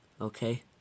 Okay